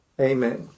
Amen